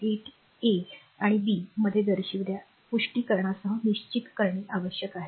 8 अ आणि बी मध्ये दर्शविलेल्या पुष्टीकरणासह निश्चित करणे आवश्यक आहे